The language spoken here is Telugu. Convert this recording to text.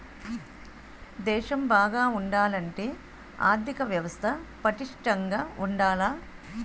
దేశం బాగా ఉండాలంటే ఆర్దిక వ్యవస్థ పటిష్టంగా ఉండాల